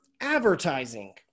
advertising